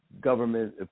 government